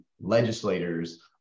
legislators